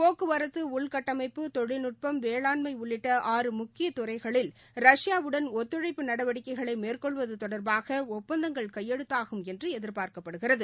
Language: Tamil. போக்குவரத்து உள்கட்டமைப்பு தொழில்நட்பம் வேளாண்மைஉள்ளிட்ட ஆறு முக்கியதுறைகளில் ஒத்துழைப்பு நடவடிக்கைகளைமேற்கொள்வதுதொடர்பாகஒப்பந்தங்கள் கைபெழுத்தாகும் ரஷ்பாவுடன் என்றுஎதிர்பார்க்கப்படுகிறது